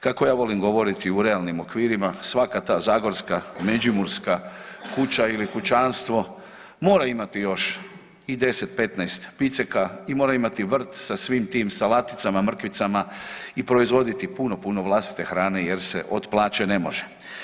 Kako ja volim govoriti u realnim okvirima, svaka ta zagorska, međimurska kuća ili kućanstvo mora imati još i 10, 15 piceka i mora imati vrt sa svim tim salaticama, mrkvicama i proizvoditi puno, puno vlastite hrane jer se od plaće ne može.